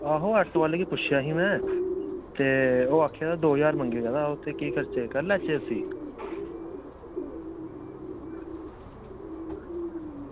आहो ऑटो आह्ले गी पुच्छेआ हा में ते ओह् आक्खा दा हा दौ ज्हार ते करचै आक्खी लैचे उसगी